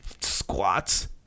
squats